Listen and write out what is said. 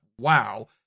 wow